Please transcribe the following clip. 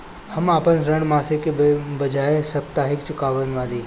हम अपन ऋण मासिक के बजाय साप्ताहिक चुकावतानी